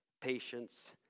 patience